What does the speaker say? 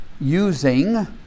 using